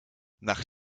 nach